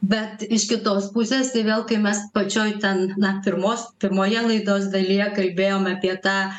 bet iš kitos pusės tai vėl kai mes pačioj ten na pirmos pirmoje laidos dalyje kalbėjom apie tą